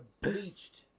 bleached